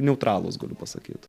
neutralūs galiu pasakyt